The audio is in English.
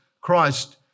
Christ